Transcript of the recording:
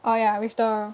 oh ya with the